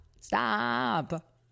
Stop